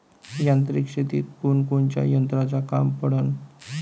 यांत्रिक शेतीत कोनकोनच्या यंत्राचं काम पडन?